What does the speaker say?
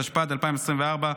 התשפ"ד 2024,